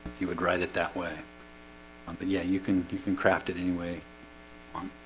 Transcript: you would write it that way um but yeah, you can you can craft it anyway hmm